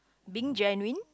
being genuine